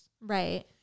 Right